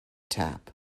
tap